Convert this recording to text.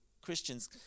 Christians